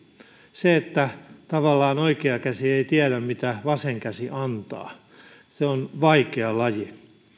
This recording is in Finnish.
se että oikea käsi ei tavallaan tiedä mitä vasen käsi antaa on vaikea laji